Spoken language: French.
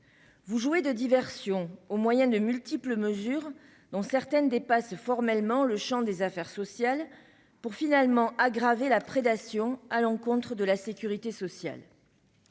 Vous jouez de diversion au moyen de multiples mesures, dont certaines dépassent formellement le champ des affaires sociales, pour finalement aggraver la prédation à l'encontre de la sécurité sociale.